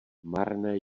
marné